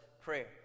prayer